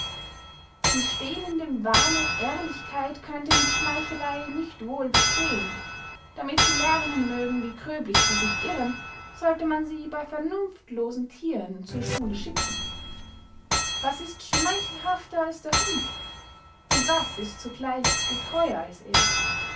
sie stehen in dem wahne ehrlichkeit könne mit schmeicheley nicht wohl bestehen damit sie lernen mögen wie gröblich sie sich irren sollte man sie bey vernunftlosen thieren zu schule schicken was ist schmeichelhafter als der hund und was ist zugleich getreuer als er